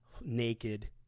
naked